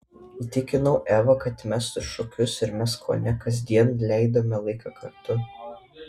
įtikinau evą kad mestų šokius ir mes kone kasdien leidome laiką kartu